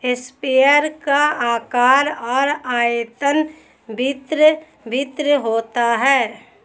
sprayer का आकार और आयतन भिन्न भिन्न होता है